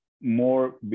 more